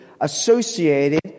associated